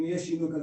אם יהיה שינוי.